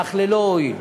אך ללא הועיל.